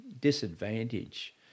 disadvantage